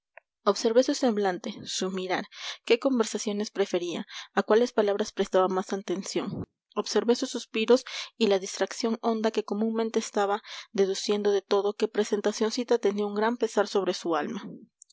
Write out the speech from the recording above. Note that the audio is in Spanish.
observé su semblante su mirar qué conversaciones prefería a cuáles palabras prestaba más atención observé sus suspiros y la distracción honda en que comúnmente estaba deduciendo de todo que presentacioncita tenía un gran pesar sobre su alma